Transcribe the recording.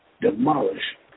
demolish